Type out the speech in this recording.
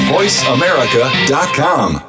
VoiceAmerica.com